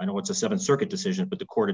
i know it's a seven circuit decision but the court